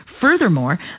Furthermore